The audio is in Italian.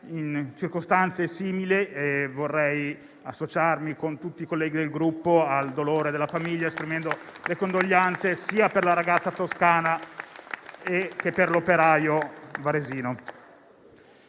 in circostanze simili. Vorrei associarmi, con tutti i colleghi del Gruppo, al dolore della famiglia, esprimendo le condoglianze sia per la ragazza toscana, sia per l'operaio varesino.